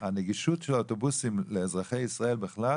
בנגישות של האוטובוסים לאזרחי ישראל בכלל,